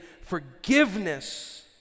forgiveness